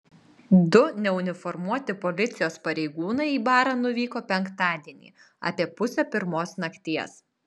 du neuniformuoti policijos pareigūnai į barą nuvyko penktadienį apie pusę pirmos nakties